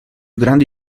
grandi